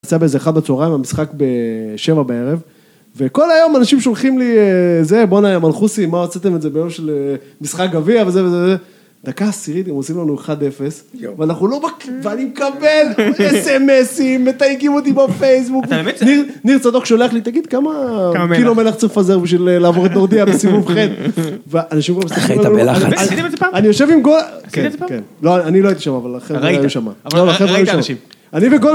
נעשה באיזה אחת בצהריים עם המשחק בשבע בערב וכל היום אנשים שולחים לי זה בואנה יא מלכוסי מה רציתם את זה ביום של משחק גביע וזה וזה וזה דקה עשירית הם עושים לנו אחד אפס ואנחנו לא ואני מקבל אסמסים מתייגים אותי בפייסבוק ניר צדוק שולח לי תגיד כמה קילו מלח צריך לפזר בשביל לעבור את נורדיה בסיבוב חן ואני שוב רואה איך היית בלחץ בסדר אני יושב עם גול עשית את זה פעם? לא אני לא הייתי שם אבל החברה הייתה שם אבל החברה הייתה שם